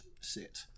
sit